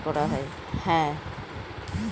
reserve bank central সরকার থেকে পরিচালনা করা হয়